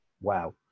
wow